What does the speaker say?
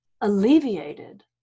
alleviated